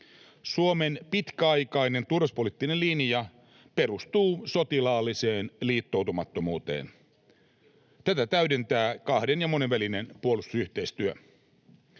Suomen pitkäaikainen turvallisuuspoliittinen linja perustuu sotilaalliseen liittoutumattomuuteen. Tätä täydentää kahden- ja monenvälinen puolustusyhteistyö.